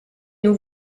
nous